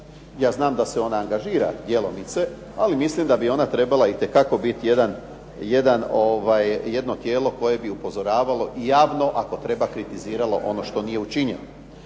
Ja znam da se ona angažira djelomice, ali mislim da bi ona trebala itekako biti jedno tijelo koje bi upozoravalo i javno ako treba kritiziralo ono što nije učinjeno.